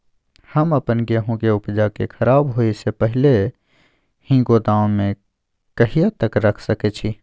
हम अपन गेहूं के उपजा के खराब होय से पहिले ही गोदाम में कहिया तक रख सके छी?